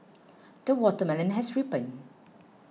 the watermelon has ripened